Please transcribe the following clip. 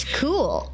cool